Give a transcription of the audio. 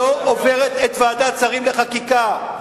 שלא עוברת את ועדת שרים לחקיקה.